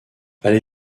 allez